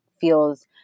feels